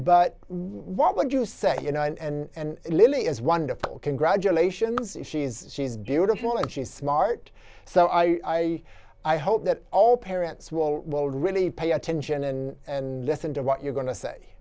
but what would you say you know and lily is wonderful congratulations if she is she's beautiful and she's smart so i i hope that all parents will will really pay attention and listen to what you're going to say